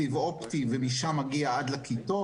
סיב אופטי ומשם מגיע עד לכיתות.